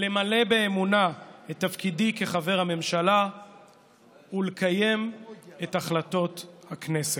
למלא באמונה את תפקידי כחבר הממשלה ולקיים את החלטות הכנסת.